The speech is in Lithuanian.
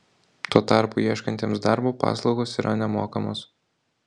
tuo tarpu ieškantiems darbo paslaugos yra nemokamos